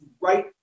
right